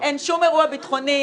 אין שום אירוע ביטחוני.